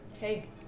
Hey